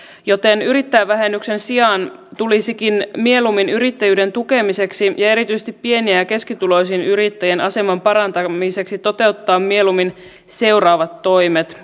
joten yrittäjävähennyksen sijaan tulisikin yrittäjyyden tukemiseksi ja erityisesti pieni ja keskituloisien yrittäjien aseman parantamiseksi toteuttaa mieluummin seuraavat toimet